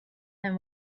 him